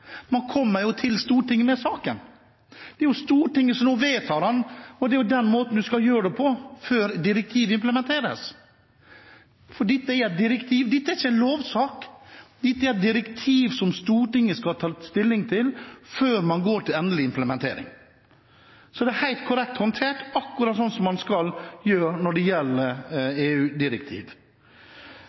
Man kommer jo til Stortinget med saken. Det er Stortinget som nå vedtar den, og det er jo den måten man skal gjøre det på før direktivet implementeres. For dette er et direktiv – dette er ikke en lovsak. Dette er et direktiv som Stortinget skal ta stilling til før man går til endelig implementering. Så det er helt korrekt håndtert, akkurat som man skal gjøre når det gjelder